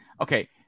Okay